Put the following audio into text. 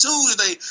Tuesday